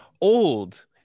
old